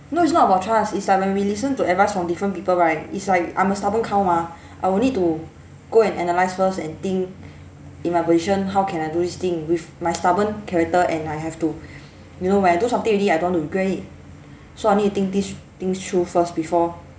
no it's not about trust it's like when we listen to advice from different people right it's like I'm a stubborn cow mah I will need to go and analyse first and think in my position how can I do this thing with my stubborn character and I have to you know when I do something already I don't want to regret it so I need to think thi~ things through first before